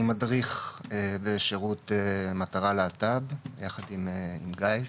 אני מדריך בשירות מטרה להט"ב, יחד עם גיא.